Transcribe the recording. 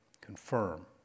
confirm